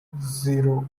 zero